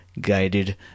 guided